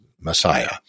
Messiah